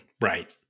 Right